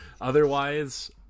otherwise